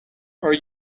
are